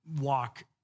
walk